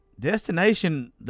destination